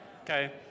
Okay